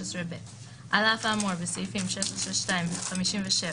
16ב. על אף האמור בסעיפים 16(2) ו-57,